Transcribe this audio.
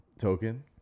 token